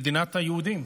מדינת היהודים,